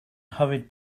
hurried